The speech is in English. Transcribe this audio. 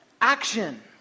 action